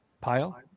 Pile